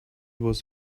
was